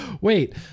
wait